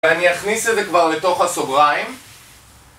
ואני אכניס את זה כבר לתוך הסוגריים